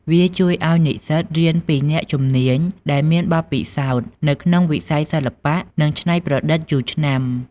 វាជួយឲ្យនិស្សិតរៀនពីអ្នកជំនាញ ដែលមានបទពិសោធន៍នៅក្នុងវិស័យសិល្បៈនិងច្នៃប្រឌិតយូរឆ្នាំ។